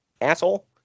Asshole